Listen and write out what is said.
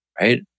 Right